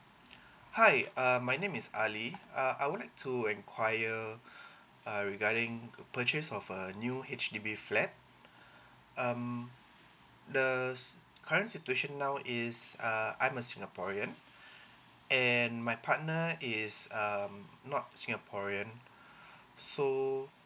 hi uh my name is ali uh I would like to enquire uh regarding to purchase of a new H_D_B flat um the current situation now is uh I'm a singaporean and my partner is um not singaporean so